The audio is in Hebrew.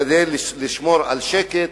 כדי לשמור על שקט